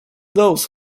those